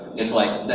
it's like,